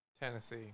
Tennessee